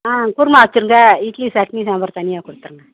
ஆ குருமா வச்சுருங்க இட்லி சட்னி சாம்பார் தனியாக கொடுத்துருங்க